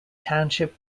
township